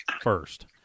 first